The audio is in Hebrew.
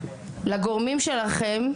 לגורמים שלכם,